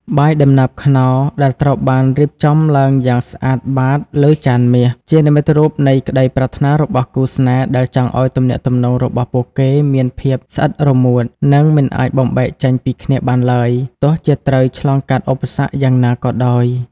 បាយដំណើបខ្នុរដែលត្រូវបានរៀបចំឡើងយ៉ាងស្អាតបាតលើចានមាស ជានិមិត្តរូបនៃក្តីប្រាថ្នារបស់គូស្នេហ៍ដែលចង់ឱ្យទំនាក់ទំនងរបស់ពួកគេមានភាព «ស្អិតរមួត» និងមិនអាចបំបែកចេញពីគ្នាបានឡើយ ទោះជាត្រូវឆ្លងកាត់ឧបសគ្គយ៉ាងណាក៏ដោយ។